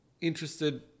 interested